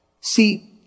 See